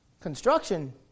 Construction